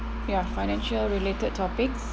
ya financial related topics